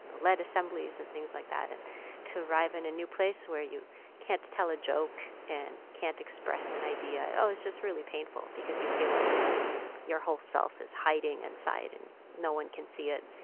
led assemblies and things like that. and to arrive in a new place where you can't tell a joke and can't express an idea oh, it's just really painful because you feel like your whole self is hiding inside and no one can see it.